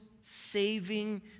saving